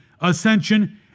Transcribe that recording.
ascension